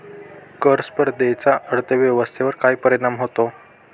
कर स्पर्धेचा अर्थव्यवस्थेवर काय परिणाम होतो?